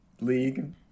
League